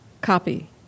copy